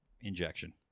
injection